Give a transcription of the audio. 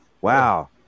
Wow